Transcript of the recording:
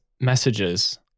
messages